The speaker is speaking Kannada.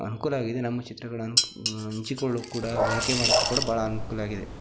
ಅನುಕೂಲ ಆಗಿದೆ ನಮ್ಮ ಚಿತ್ರಗಳನ್ನು ಹಂಚಿಕೊಳ್ಳೋಕೆ ಕೂಡ ಬಳಕೆ ಮಾಡೋಕೂ ಕೂಡ ಭಾಳ ಅನುಕೂಲ ಆಗಿದೆ